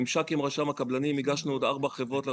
ממשק עם רשם הקבלנים הגשנו לרשם הקבלנים עוד ארבע חברות.